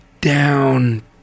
down